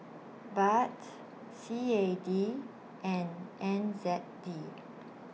Baht C A D and N Z D